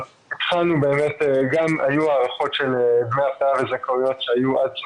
גם היו הארכות של דמי אבטלה וזכאויות שהיו עד מאי,